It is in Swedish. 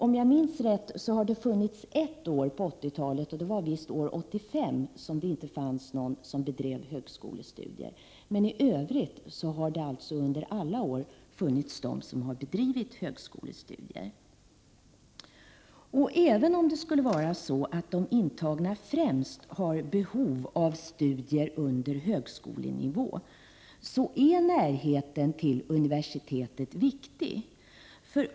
Om jag minns rätt var det ett år under 80-talet — det var visst år 1985 —- som det inte fanns någon som bedrev högskolestudier. I övrigt har det således under alla år funnits klienter som har bedrivit högskolestudier. Även om det skulle vara så att de intagna främst har behov av studier under högskolenivå, är närheten till universitetet viktig.